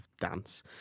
dance